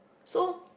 so